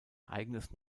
eigenes